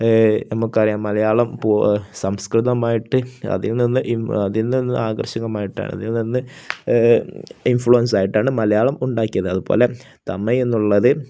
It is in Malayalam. നമുക്കറിയാം മലയാളം സംസ്കൃതവുമായിട്ട് അതിൽ നിന്ന് അതിൽ നിന്ന് ആകർഷകമായിട്ടാണ് അതിൽ നിന്ന് ഇൻഫ്ലുവൻസായിട്ടാണു മലയാളം ഉണ്ടാക്കിയത് അതുപോലെ തമിഴ് എന്നുള്ളത്